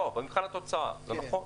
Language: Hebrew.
במבחן התוצאה זה נכון.